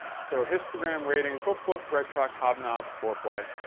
so histogram ratings woopwoop, redtruck, hobnob, fourplay.